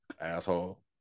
asshole